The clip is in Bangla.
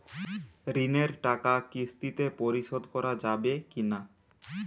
ঋণের টাকা কিস্তিতে পরিশোধ করা যাবে কি না?